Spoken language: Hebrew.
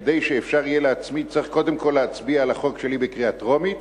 כדי שאפשר יהיה להצמיד צריך קודם כול להצביע על החוק שלי בקריאה טרומית,